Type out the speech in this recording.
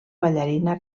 ballarina